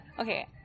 okay